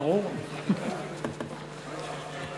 חברי הכנסת,